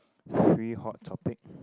free hot topic